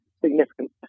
significant